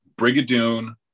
brigadoon